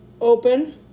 open